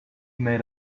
made